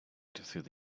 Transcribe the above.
through